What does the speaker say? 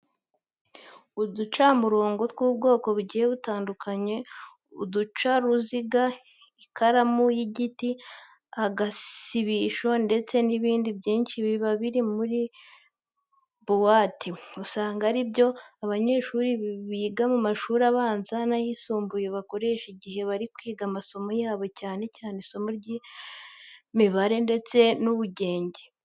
Uducamurongo tw'ubwoko bugiye butandukanye, uducaruziga, ikaramu y'igiti, agasibisho ndetse n'ibindi byinshi biba biri muri buwate, usanga ari byo abanyeshuri biga mu mashuri abanza n'ayisumbuye bakoresha igihe bari kwiga amasomo yabo cyane cyane isomo ry'imibare ndetse n'ubugenge.